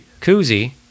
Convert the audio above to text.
Koozie